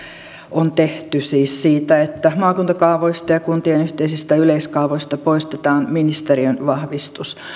on tehty siis siitä että maakuntakaavoista ja kuntien yhteisistä yleiskaavoista poistetaan ministeriön vahvistus